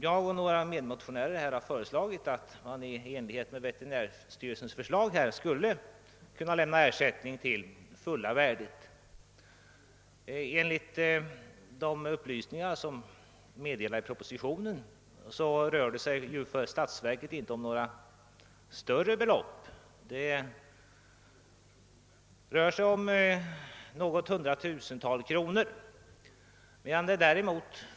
Jag och några medmotionärer har yrkat, att man i enlighet med veterinärstyrelsens förslag skulle kunna lämna ersättning till fulla värdet. Enligt de upplysningar som lämnas i propositionen rör det sig för statsverket inte om några större belopp; det är fråga om något hundratusental kronor.